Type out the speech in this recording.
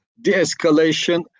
de-escalation